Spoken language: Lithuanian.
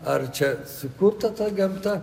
ar čia sukurta gamta